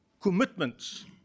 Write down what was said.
commitments